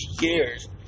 years